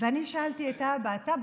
ואני שאלתי את אבא: אתה,